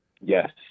Yes